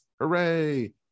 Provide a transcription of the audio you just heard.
Hooray